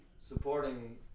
supporting